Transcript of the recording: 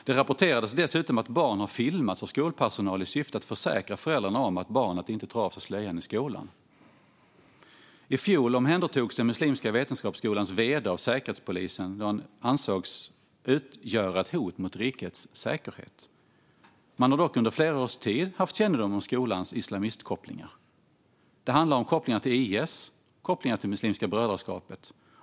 Det rapporterades dessutom att barn har filmats av skolpersonal i syfte att försäkra föräldrarna om att barnet inte tar av sig slöjan i skolan. I fjol omhändertogs muslimska Vetenskapsskolans vd av Säkerhetspolisen då han ansågs utgöra ett hot mot rikets säkerhet. Man har dock under flera års tid haft kännedom om skolans islamistkopplingar. Det handlar om kopplingar till IS och Muslimska brödraskapet.